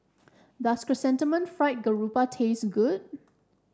does Chrysanthemum Fried Garoupa taste good